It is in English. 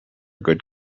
good